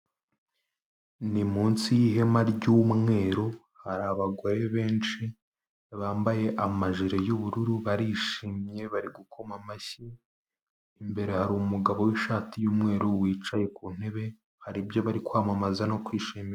Ni munsi y'ihema ry'umweru, hari abagore benshi bambaye amajiri y'ubururu, barishimye bari gukoma amashyi, imbere hari umugabo w'ishati y'umweru wicaye ku ntebe, hari ibyo bari kwamamaza no kwishimira.